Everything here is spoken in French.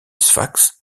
sfax